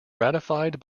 ratified